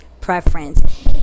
preference